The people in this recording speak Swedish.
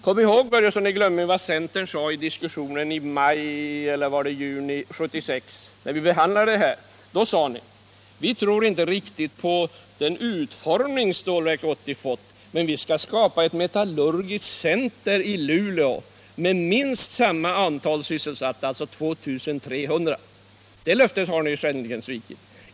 Kom ihåg, herr Börjesson, vad centern sade i diskussionen i maj eller juni 1976, när vi behandlade frågan. Då sade ni: Vi tror inte riktigt på den utformning som Stålverk 80 fått, men vi skall skapa ett metallurgiskt centrum i Luleå med minst samma antal sysselsatta, alltså 2 300. Det löftet har ni skändligen svikit.